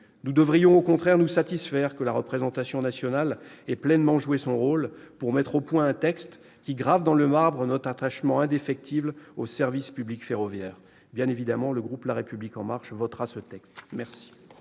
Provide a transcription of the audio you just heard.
Nous devrions au contraire nous satisfaire que la représentation nationale ait pleinement joué son rôle pour mettre au point un texte qui grave dans le marbre notre attachement indéfectible au service public ferroviaire. Bien évidemment, le groupe La République En Marche votera ce texte. La